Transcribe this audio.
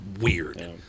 weird